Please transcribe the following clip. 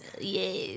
Yes